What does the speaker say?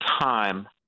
time